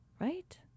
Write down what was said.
right